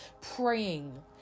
praying